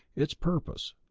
its purpose.